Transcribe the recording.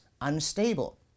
unstable